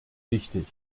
wichtig